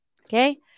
Okay